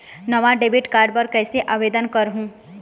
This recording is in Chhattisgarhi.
नावा डेबिट कार्ड बर कैसे आवेदन करहूं?